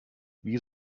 wie